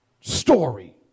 story